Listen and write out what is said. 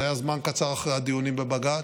זה היה זמן קצר אחרי הדיונים בבג"ץ.